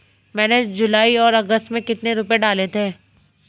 मैंने जुलाई और अगस्त में कितने रुपये डाले थे?